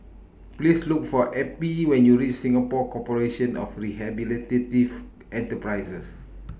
Please Look For Eppie when YOU REACH Singapore Corporation of Rehabilitative Enterprises